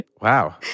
Wow